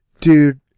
Dude